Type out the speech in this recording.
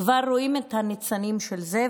כבר רואים את הניצנים של זה,